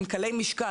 הם קלי משקל,